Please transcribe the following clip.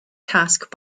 task